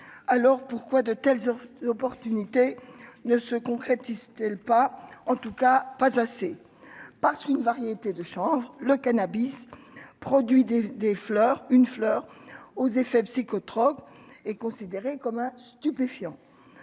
alors pourquoi de telles opportunités ne se concrétise-t-elle pas, en tout cas pas assez passe une variété de chanvre le cannabis produit des des fleurs, une fleur aux effets psychotropes est considéré comme un stupéfiant